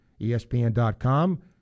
ESPN.com